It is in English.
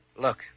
Look